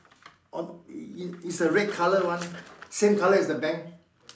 on i~ is a red colour one same colour as the bank